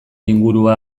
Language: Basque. ingurua